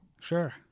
Sure